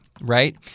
right